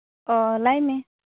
ᱚᱻ ᱞᱟᱹᱭ ᱢᱮ